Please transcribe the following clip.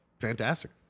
fantastic